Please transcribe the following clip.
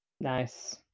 Nice